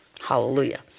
Hallelujah